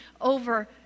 over